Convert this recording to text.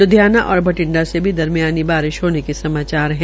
ल्धियाना और बिडंठा से भी दरमियानी बारिश होने के समाचार है